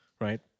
Right